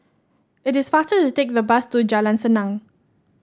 it is faster to take the bus to Jalan Senang